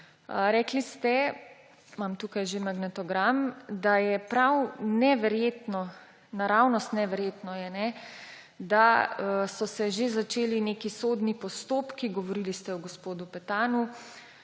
Rekli ste, imam tukaj že magnetogram, da je prav neverjetno, naravnost neverjetno, da so se že začeli neki sodni postopki, govorili ste o gospodu Petanu,